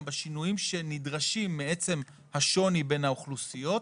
בשינויים שנדרשים מעצם השוני בין האוכלוסיות,